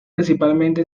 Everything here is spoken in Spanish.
principalmente